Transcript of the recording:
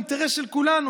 זה אינטרס של כולנו,